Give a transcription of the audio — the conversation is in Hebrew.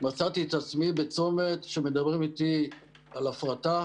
מצאתי את עצמי בצומת שמדברים איתי על הפרטה